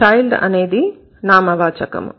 Child అనేది నామవాచకము